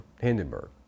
Hindenburg